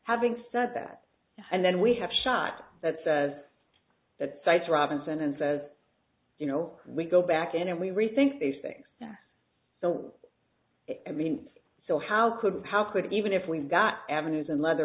having said that and then we have shot that says that site's robinson and says you know we go back in and we rethink these things so i mean so how could how could it even if we've got avenues in leather